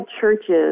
churches